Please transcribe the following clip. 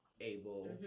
able